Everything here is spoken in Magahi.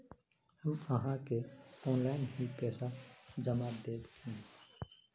हम आहाँ के ऑनलाइन ही पैसा जमा देब की?